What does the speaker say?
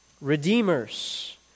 redeemers